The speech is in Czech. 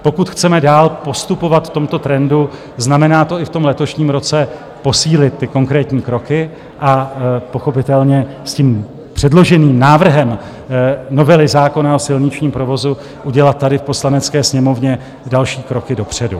Pokud chceme dál postupovat v tomto trendu, znamená to i v letošním roce posílit ty konkrétní kroky a pochopitelně s tím předloženým návrhem novely zákona o silničním provozu udělat tady v Poslanecké sněmovně další kroky dopředu.